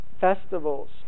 festivals